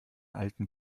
alten